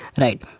right